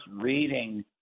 reading